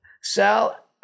Sal